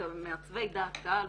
מעצבי דעת קהל,